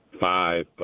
five